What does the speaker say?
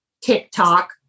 TikTok